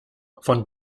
von